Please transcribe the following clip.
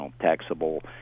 taxable